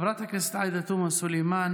חברת הכנסת עאידה תומא סלימאן,